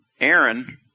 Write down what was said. Aaron